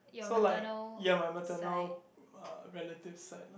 so like ya my maternal ah relative side lah